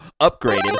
upgraded